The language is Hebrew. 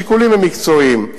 השיקולים הם מקצועיים,